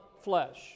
flesh